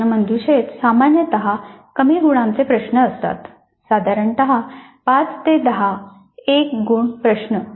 प्रश्नमंजुषेत सामान्यत कमी गुणांचे प्रश्न असतात साधारणत 5 ते 10 एक गुण प्रश्न